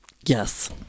Yes